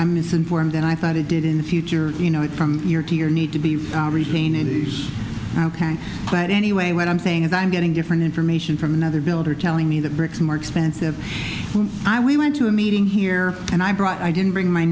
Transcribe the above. i'm misinformed and i thought it did in the future you know it from year to year need to be retained any but anyway what i'm saying is i'm getting different information from another builder telling me that bricks more expensive i we went to a meeting here and i brought i didn't bring my